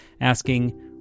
asking